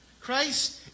Christ